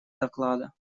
доклада